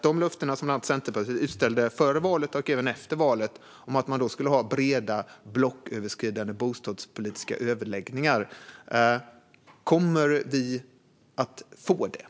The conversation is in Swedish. De löften som Centerpartiet utställde före valet, och även efter valet, om att ha breda blocköverskridande bostadspolitiska överläggningar, kommer vi att få sådana?